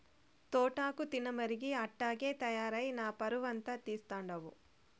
తోటాకు తినమరిగి అట్టాగే తయారై నా పరువంతా తీస్తండావు